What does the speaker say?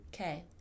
Okay